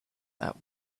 that